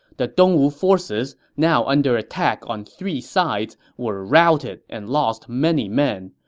the dongwu forces, now under attack on three sides, were routed and lost many men.